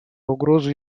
угрозу